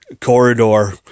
corridor